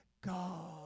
God